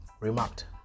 Remarked